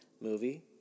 movie